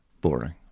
boring